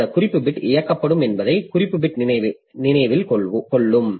அந்த குறிப்பு பிட் இயக்கப்படும் என்பதை குறிப்பு பிட் நினைவில் கொள்ளும்